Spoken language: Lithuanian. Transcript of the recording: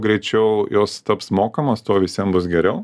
greičiau jos taps mokamos tuo visiem bus geriau